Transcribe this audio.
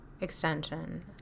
extension